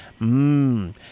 Mmm